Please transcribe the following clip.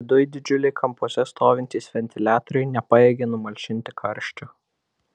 viduj didžiuliai kampuose stovintys ventiliatoriai nepajėgė numalšinti karščio